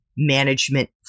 Management